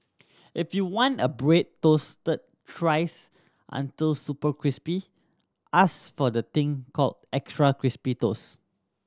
if you want a bread toasted thrice until super crispy ask for the thing called extra crispy toast